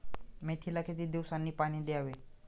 मेथीला किती दिवसांनी पाणी द्यावे?